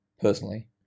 personally